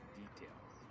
details